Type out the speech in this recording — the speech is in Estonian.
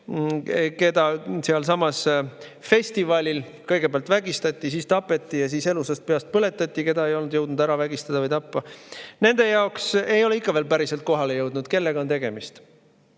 keda selsamal festivalil kõigepealt vägistati ja siis tapeti või elusast peast põletati, kui ei oldud jõutud vägistada või ära tappa, ei ole ikka veel päriselt kohale jõudnud, kellega on tegemist.